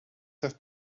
have